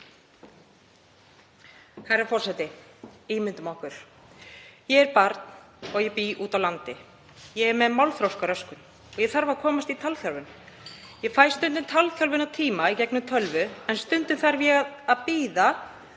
Herra forseti. Ímyndum okkur: Ég er barn og ég bý úti á landi. Ég er með málþroskaröskun og ég þarf að komast í talþjálfun. Ég fæ stundum talþjálfunartíma í gegnum tölvu en stundum þarf ég að bíða